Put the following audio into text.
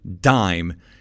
dime